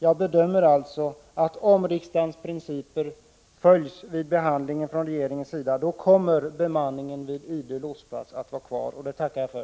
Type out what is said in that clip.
Jag bedömer det alltså så, att om riksdagens principer följs vid regeringens behandling av sjöfartsverkets framställning, kommer bemanningen vid Idö lotsplats att få vara kvar. Det tackar jag för.